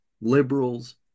liberals